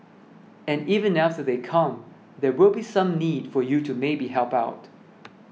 and even after they come there will be some need for you to maybe help out